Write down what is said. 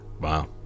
Wow